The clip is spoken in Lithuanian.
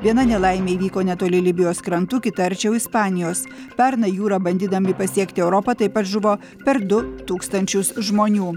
viena nelaimė įvyko netoli libijos krantų kita arčiau ispanijos pernai jūra bandydami pasiekti europą taip pat žuvo per du tūkstančius žmonių